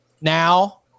Now